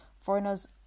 Foreigners